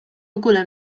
ogóle